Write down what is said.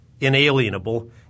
inalienable